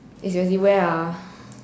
is where ah